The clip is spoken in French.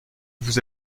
vous